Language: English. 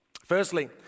Firstly